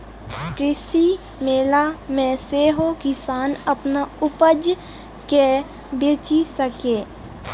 कृषि मेला मे सेहो किसान अपन उपज कें बेचि सकैए